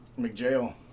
McJail